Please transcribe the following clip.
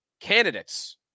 candidates